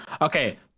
Okay